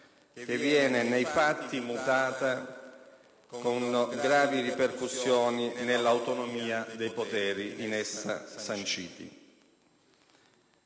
che viene nei fatti mutata, determinando gravi ripercussioni sull'autonomia dei poteri in essa sanciti.